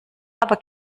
aber